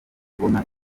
kubona